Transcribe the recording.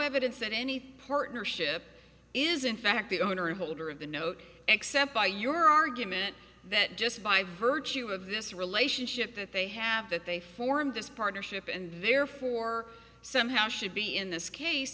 evidence that any partnership is in fact the owner of holder of the note except by your argument that just by virtue of this relationship that they have that they formed this partnership and therefore somehow should be in this case